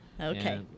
okay